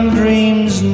dreams